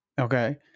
Okay